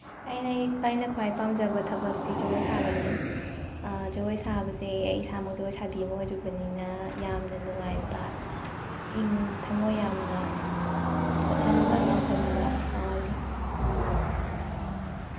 ꯑꯩꯅ ꯈ꯭ꯋꯥꯏ ꯄꯥꯝꯖꯕ ꯊꯕꯛꯇꯤ ꯖꯒꯣꯏ ꯁꯥꯕꯅꯤ ꯖꯒꯣꯏ ꯁꯥꯕꯁꯦ ꯑꯩ ꯏꯁꯥꯃꯛ ꯖꯒꯣꯏ ꯁꯥꯕꯤ ꯑꯃ ꯑꯣꯏꯔꯨꯕꯅꯤꯅ ꯌꯥꯝꯅ ꯅꯨꯡꯉꯥꯏꯕ ꯊꯝꯃꯣꯏ ꯌꯥꯝꯅ ꯊꯣꯠꯍꯟꯕ ꯅꯧꯍꯟꯕ ꯐꯥꯎꯍꯜꯂꯤ